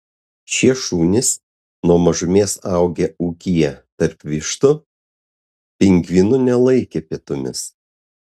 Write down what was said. šie šunys nuo mažumės augę ūkyje tarp vištų pingvinų nelaikė pietumis